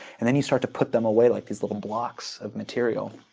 and then you start to put them away like these little blocks of material.